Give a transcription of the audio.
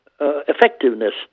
effectiveness